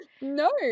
No